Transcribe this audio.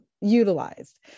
utilized